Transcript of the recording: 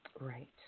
Right